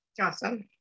Awesome